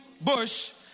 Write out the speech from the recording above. bush